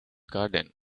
garden